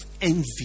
envy